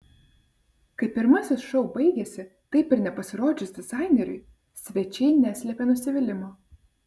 kai pirmasis šou baigėsi taip ir nepasirodžius dizaineriui svečiai neslėpė nusivylimo